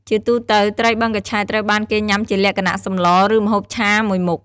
ជាទូទៅ ត្រីបឹងកញ្ឆែតត្រូវបានគេញ៉ាំជាលក្ខណៈសម្លរ ឬម្ហូបឆាមួយមុខ។